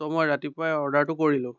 চ' মই ৰাতিপুৱাই অৰ্ডাৰটো কৰিলোঁ